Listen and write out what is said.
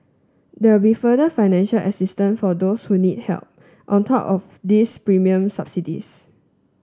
there will further financial assistance for those who need help on top of these premium subsidies